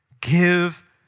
give